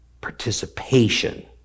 participation